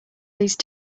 least